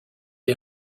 est